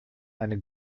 eine